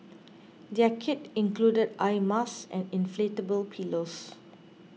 their kit included eye masks and inflatable pillows